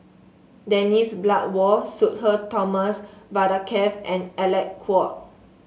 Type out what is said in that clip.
Dennis Bloodworth Sudhir Thomas Vadaketh and Alec Kuok